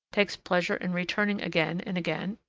takes pleasure in returning again and again?